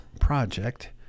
project